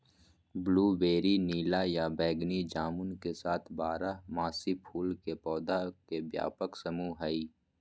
blueberry नीला या बैगनी जामुन के साथ बारहमासी फूल के पौधा के व्यापक समूह हई